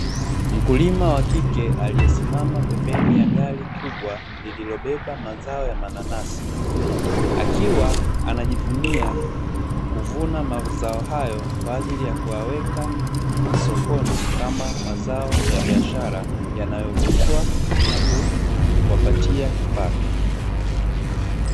Mkulima wakike aliyesimama pembeni ya gari kubwa lililobeba mazao ya mananasi, akiwa anajivunia kuvuna mazao hayo kwa ajili ya kuyaweka sokoni kama mazao ya biashara yanayouzwa nakuwapatia kipato.